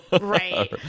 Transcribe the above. right